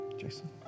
Jason